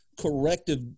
corrective